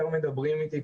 ישר מדברים איתי,